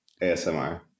ASMR